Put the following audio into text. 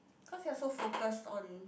cause you are so focused on